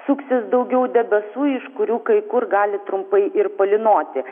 suksis daugiau debesų iš kurių kai kur gali trumpai ir palynoti